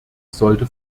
sollte